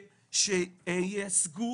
שייצגו